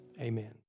Amen